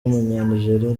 w’umunyanigeriya